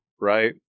right